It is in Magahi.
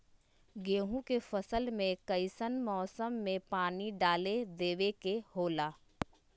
गेहूं के फसल में कइसन मौसम में पानी डालें देबे के होला?